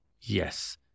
yes